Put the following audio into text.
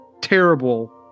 terrible